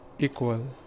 equal